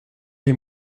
les